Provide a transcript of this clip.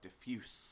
diffuse